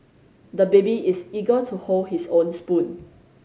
the baby is eager to hold his own spoon